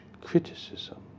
criticism